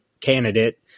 candidate